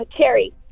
cherry